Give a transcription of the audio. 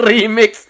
Remix